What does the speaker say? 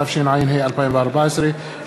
התשע"ה 2014,